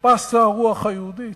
פסה הרוח היהודית?